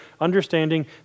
understanding